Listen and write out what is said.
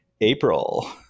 April